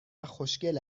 خوشگل